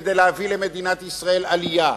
וכדי להביא למדינת ישראל עלייה.